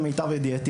למיטב ידיעתי,